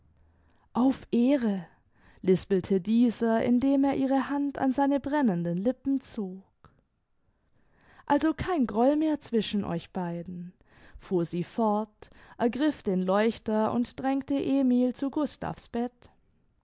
auf ehre lispelte dieser indem er ihre hand an seine brennenden lippen zog also kein groll mehr zwischen euch beiden fuhr sie fort ergriff den leuchter und drängte emil zu gustav's bett